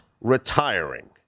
retiring